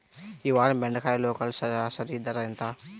ఈ వారం బెండకాయ లోకల్ సరాసరి ధర ఎంత?